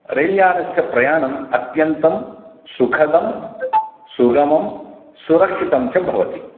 रेल्यानस्य प्रयाणम् अत्यन्तं सुखदं सुगमं सुरक्षितं च भवति